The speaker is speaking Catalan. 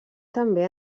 també